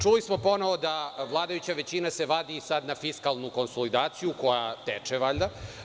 Čuli smo ponovo da se vladajuća većina vadi sad na fiskalnu konsolidaciju koja teče valjda.